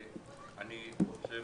אני רוצה